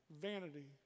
vanity